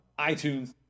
iTunes